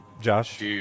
Josh